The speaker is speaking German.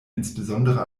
insbesondere